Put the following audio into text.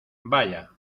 vaya